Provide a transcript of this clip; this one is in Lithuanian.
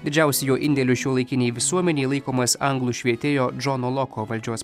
didžiausiu jo indėliu šiuolaikinei visuomenei laikomas anglų švietėjo džono loko valdžios